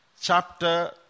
chapter